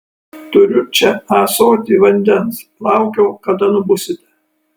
turiu čia ąsotį vandens laukiau kada nubusite